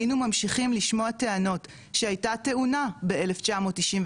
היינו ממשיכים לשמוע טענות שהייתה טעונה ב- 1992,